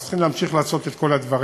אנחנו צריכים להמשיך לעשות את כל הדברים.